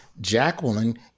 Jacqueline